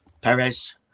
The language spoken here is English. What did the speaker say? Perez